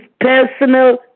personal